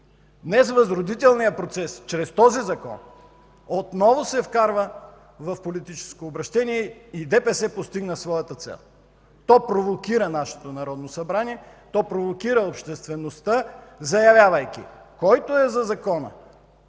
Днес възродителният процес чрез този Закон отново се вкарва в политическо обращение и ДПС постигна своята цел. То провокира нашето Народно събрание, то провокира обществеността, заявявайки: „Който е за Закона,